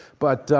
but